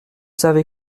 savez